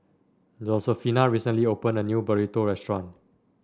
Josefina recently opened a new Burrito Restaurant